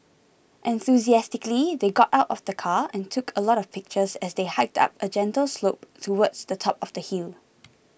enthusiastically they got out of the car and took a lot of pictures as they hiked up a gentle slope towards the top of the hill